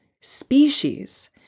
species